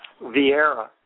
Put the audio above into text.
Vieira